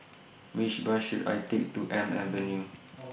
Which Bus should I Take to Elm Avenue